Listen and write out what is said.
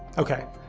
okay,